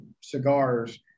cigars